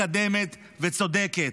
מתקדמת וצודקת.